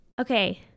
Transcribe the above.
Okay